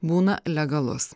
būna legalus